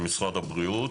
של משרד הבריאות.